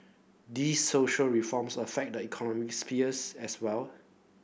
these social reforms affect the economic spheres as well